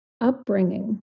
upbringing